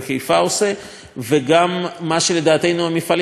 גם מה שאיגוד ערים חיפה עושה וגם מה שלדעתנו המפעלים צריכים לעשות.